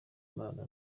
imana